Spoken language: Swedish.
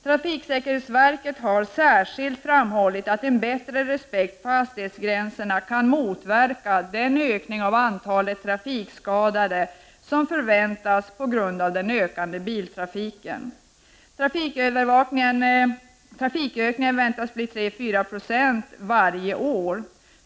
Trafiksäkerhetsverket har särskilt framhållit att en bättre respekt för hastighetsgränserna kan motverka den ökning av antalet trafikskadade som förväntas på grund av en ökande biltrafik. Trafikökningen väntas bli 34 96 per år.